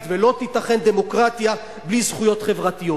ולא תיתכן דמוקרטיה בלי זכויות חברתיות.